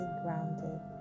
grounded